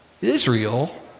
Israel